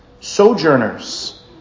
sojourners